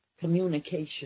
communication